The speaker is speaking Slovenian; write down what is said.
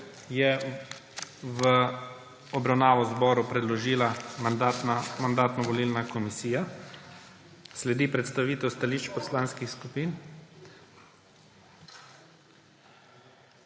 je v obravnavo zboru predložila Mandatno-volilna komisija. Sledi predstavitev stališč poslanskih skupin.